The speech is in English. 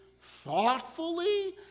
thoughtfully